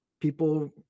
people